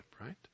right